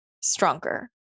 stronger